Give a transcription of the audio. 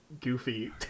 goofy